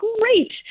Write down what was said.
great